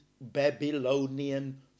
Babylonian